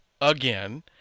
again